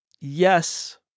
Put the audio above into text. Yes